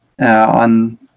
on